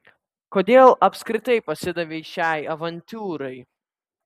kodėl apskritai pasidavei šiai avantiūrai